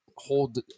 hold